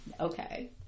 Okay